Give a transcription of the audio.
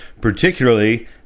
particularly